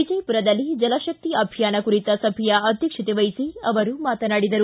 ವಿಜಯಪುರದಲ್ಲಿ ಜಲಶಕ್ತಿ ಅಭಿಯಾನ ಕುರಿತ ಸಭೆಯ ಅಧ್ಯಕ್ಷತೆ ವಹಿಸಿ ಅವರು ಮಾತನಾಡಿದರು